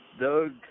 Doug